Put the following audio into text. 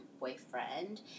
boyfriend